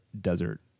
desert